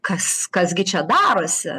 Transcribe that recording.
kas kas gi čia darosi